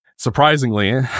Surprisingly